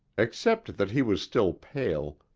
except that he was still pale,